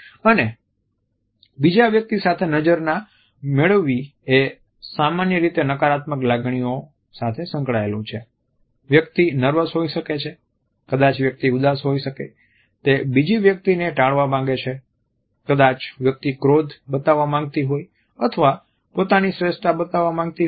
અને બીજા વ્યક્તિ સાથે નજર ના મેળવવી એ સામાન્ય રીતે નકારાત્મક લાગણીઓ સાથે સંકળાયેલું છે વ્યક્તિ નર્વસ હોઈ શકે છે કદાચ વ્યક્તિ ઉદાસ હોઈ શકે તે બીજી વ્યક્તિને ટાળવા માંગે છે કદાચ વ્યક્તિ ક્રોધ બતાવવા માંગતી હોય અથવા પોતાની શ્રેષ્ઠતા બતાવવા માંગતી હોય છે